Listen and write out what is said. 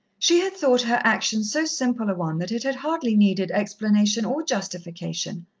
she had thought her action so simple a one that it had hardly needed explanation or justification.